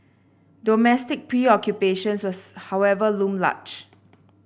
domestic preoccupations was however loom large